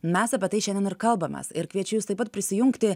mes apie tai šiandien kalbamės ir kviečiu jus taip pat prisijungti